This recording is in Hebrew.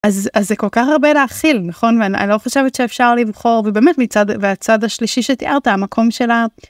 אז זה כל כך הרבה להכיל נכון ואני לא חושבת שאפשר לבחור ובאמת מצד הצד השלישי שתיארת המקום שלה.